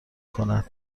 کنم